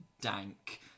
dank